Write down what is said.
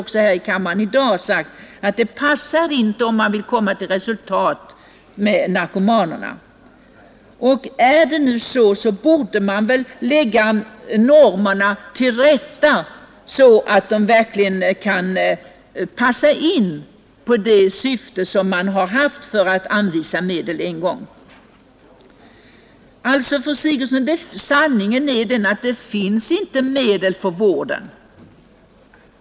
Även här i kammaren i dag har sagts att den vården inte är lämplig, om man vill nå resultat med narkomanvården. Då borde väl normerna omarbetas så att de verkligen passar det syfte som man haft för att anvisa dem. Sanningen är alltså, fru Sigurdsen, att det inte finns medel för vården.